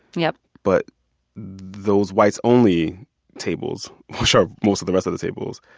yep but those whites-only tables, which are most of the rest of the tables,